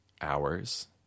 hours